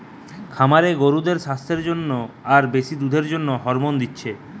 খামারে গরুদের সাস্থের জন্যে আর বেশি দুধের জন্যে হরমোন দিচ্ছে